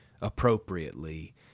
appropriately